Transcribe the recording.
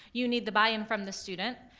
you need the buy-in from the student,